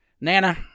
nana